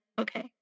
okay